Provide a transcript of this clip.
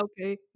Okay